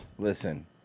Listen